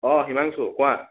অ' হিমাংশু কোৱা